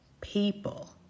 people